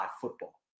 football